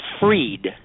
freed